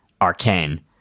arcane